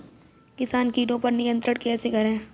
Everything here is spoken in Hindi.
किसान कीटो पर नियंत्रण कैसे करें?